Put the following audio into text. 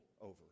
over